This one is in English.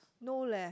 no leh